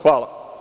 Hvala.